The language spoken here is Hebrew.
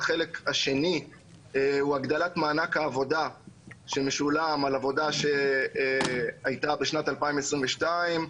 החלק השני הוא הגדלת מענק העבודה שמשולם על עבודה שהייתה בשנת 2022,